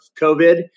COVID